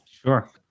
Sure